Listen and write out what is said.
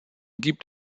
gibt